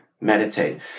meditate